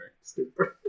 Stupid